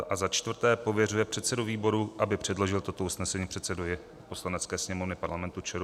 IV. pověřuje předsedu výboru, aby předložil toto usnesení předsedovi Poslanecké sněmovny Parlamentu ČR.